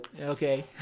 Okay